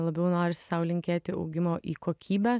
labiau norisi sau linkėti augimo į kokybę